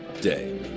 day